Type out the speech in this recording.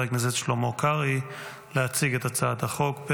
הכנסת שלמה קרעי להציג את הצעת החוק.